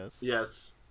yes